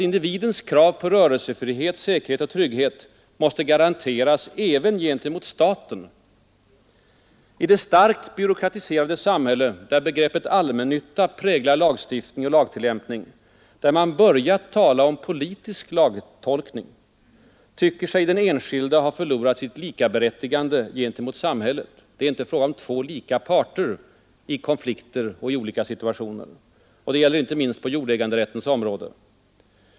Individens krav på rörelsefrihet, säkerhet och trygghet måste garanteras även gentemot staten. I det starkt byråkratiserade samhälle, där begreppet allmännytta präglar lagstiftning och lagtillämpning, där man börjat tala om ”politisk lagtolkning”, tycker sig den enskilde ha förlorat sitt likaberättigande gentemot samhället. Det är inte fråga om två lika parter i konflikter och i olika situationer. Det gäller inte minst på jordäganderättens område.